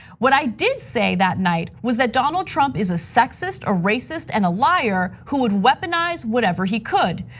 what i did say that night was that donald trump is a sexist, a racist and a liar who would weaponize whatever he could.